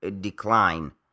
decline